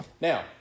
Now